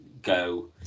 go